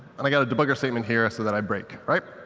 and i got a debugger statement here so that i break, right?